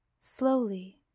Slowly